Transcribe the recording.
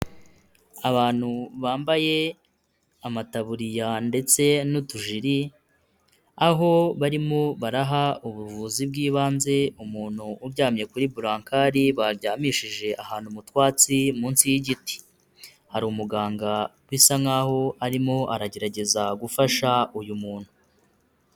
Abantu bambaye amataburiya ndetse n'utujiri, aho barimo baraha ubuvuzi bw'ibanze umuntu uryamye kuri burankari baryamishije ahantu mu twatsi munsi y'igiti, hari umuganga bisa nkaho arimo aragerageza gufasha uyu muntu.